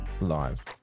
live